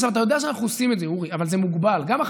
אורי, אתה יודע שאנחנו עושים את זה, אבל זה מוגבל.